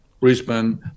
Brisbane